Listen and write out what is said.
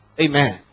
amen